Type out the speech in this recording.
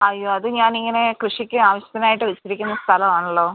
അയ്യോ അത് ഞാനിങ്ങനെ കൃഷിക്ക് ആവശ്യത്തിനായിട്ട് വെച്ചിരിക്കുന്ന സ്ഥലവാണല്ലോ